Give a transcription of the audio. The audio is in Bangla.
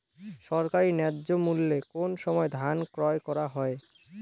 সরকারি ন্যায্য মূল্যে কোন সময় ধান ক্রয় করা হয়?